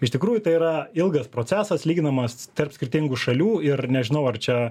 iš tikrųjų tai yra ilgas procesas lyginamas tarp skirtingų šalių ir nežinau ar čia